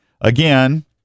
again